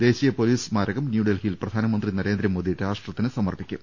ദേശീയ പൊലീസ് സ്മാരകം പ്രധാനമന്ത്രി നരേന്ദ്രമോദി രാഷ്ട്രത്തിന് സമർപ്പി ക്കും